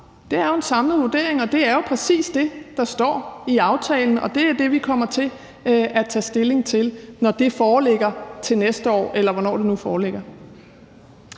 Det er en samlet vurdering, og det er jo præcis det, der står i aftalen, og det er det, vi kommer til at tage stilling til, når det foreligger til næste år, eller hvornår det nu foreligger.